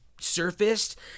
surfaced